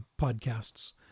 podcasts